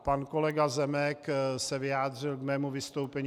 Pan kolega Zemek se vyjádřil k mému vystoupení.